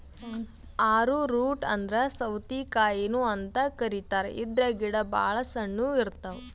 ಆರೊ root ಅಂದ್ರ ಸೌತಿಕಾಯಿನು ಅಂತ್ ಕರಿತಾರ್ ಇದ್ರ್ ಗಿಡ ಭಾಳ್ ಸಣ್ಣು ಇರ್ತವ್